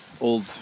old